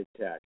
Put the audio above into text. tech